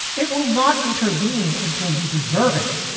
it will not intervene until you deserve it,